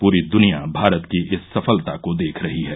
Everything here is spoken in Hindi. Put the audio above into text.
पूरी दुनिया भारत की इस सफलता को देख रही है